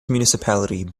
municipality